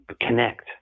connect